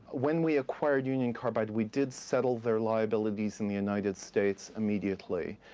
when we acquired union carbide, we did settle their liabilities in the united states immediately.